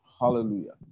hallelujah